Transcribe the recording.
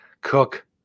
cook